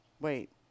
Wait